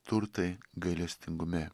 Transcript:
turtai gailestingume